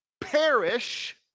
perish